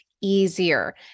easier